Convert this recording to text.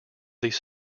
these